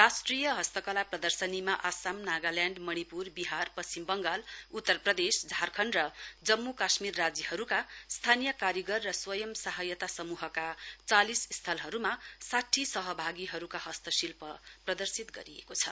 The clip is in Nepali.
राष्ट्रिय हस्तकला प्रदर्शनीमा आसामा नागाल्याण्ड मणिप्र बिहार पश्चिम बङ्गाल उतर प्रदेश झारखण्ड र जम्मू काश्मीर राज्यहरूका स्थानीय कारिगर र स्वयं सहायता समूहका चालिस स्टलहरू र साठीजना सहभागीहरूले प्रदर्शित गरिएको छ